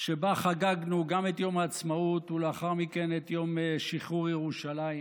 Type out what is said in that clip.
שבה חגגנו את יום העצמאות ולאחר מכן את יום שחרור ירושלים,